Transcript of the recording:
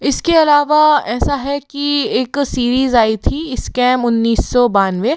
इसके अलावा ऐसा है कि एक सिरीज़ आई थी इस्कैम उनीस सौ बानवे